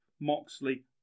Moxley